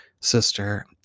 sister